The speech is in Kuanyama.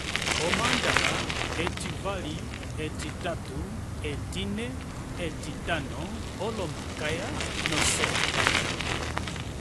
Omandaxa etivali etitatu etine etitano olomakaya osondaxa